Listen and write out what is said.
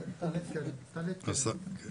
בבקשה.